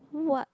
what